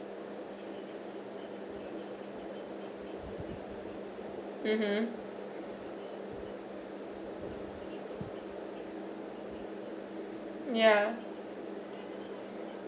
mmhmm ya